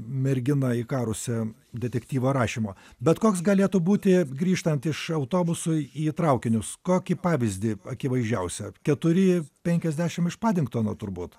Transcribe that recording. mergina ikaruse detektyvo rašymo bet koks galėtų būti grįžtant iš autobuso į traukinius kokį pavyzdį akivaizdžiausią keturi penkiasdešim iš padingtono turbūt